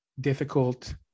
difficult